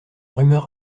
rumeur